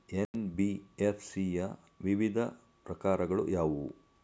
NBFC ಯ ವಿವಿಧ ಪ್ರಕಾರಗಳು ಯಾವುವು?